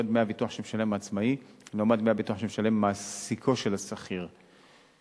דמי הביטוח שהעצמאי משלם לעומת דמי הביטוח שמעסיקו של השכיר משלם,